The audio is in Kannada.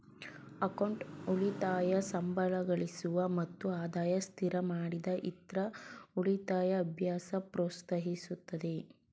ಅಕೌಂಟ್ ಉಳಿತಾಯ ಸಂಬಳಗಳಿಸುವ ಮತ್ತು ಆದಾಯ ಸ್ಥಿರಮಾಡಿದ ಇತ್ರ ಉಳಿತಾಯ ಅಭ್ಯಾಸ ಪ್ರೋತ್ಸಾಹಿಸುತ್ತೆ